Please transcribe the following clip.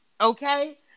Okay